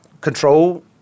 control